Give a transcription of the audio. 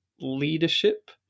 leadership